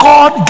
God